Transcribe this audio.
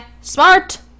smart